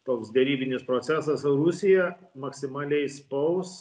toks derybinis procesas o rusija maksimaliai spaus